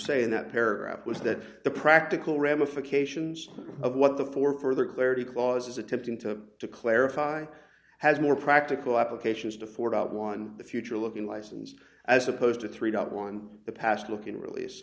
in that paragraph was that the practical ramifications of what the four further clarity clause is attempting to to clarify has more practical applications to for about one the future looking license as opposed to three doubt one the past looking release